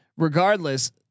Regardless